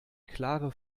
klare